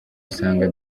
usanga